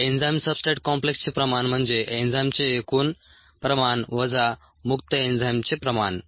enzyme substrate कॉम्प्लेक्सचे प्रमाण म्हणजे एन्झाइमचे एकूण प्रमाण वजा मुक्त एन्झाईमचे प्रमाण